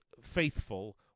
faithful